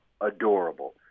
adorable